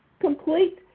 complete